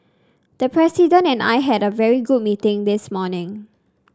the president and I had a very good meeting this morning